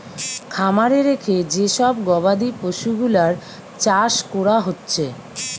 খামারে রেখে যে সব গবাদি পশুগুলার চাষ কোরা হচ্ছে